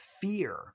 fear